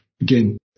again